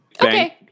Okay